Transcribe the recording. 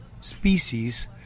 species